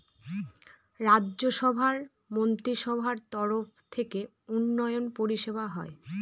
রাজ্য সভার মন্ত্রীসভার তরফ থেকে উন্নয়ন পরিষেবা হয়